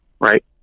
right